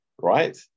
right